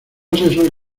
asesor